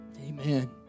Amen